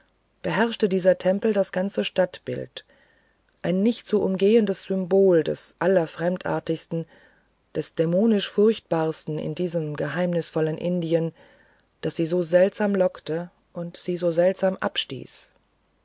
beherrschte dieser tempel das ganze stadtbild ein nicht zu umgehendes symbol des allerfremdartigsten des dämonisch furchtbarsten in diesem geheimnisvollen indien das sie so seltsam lockte und sie so seltsam abstieß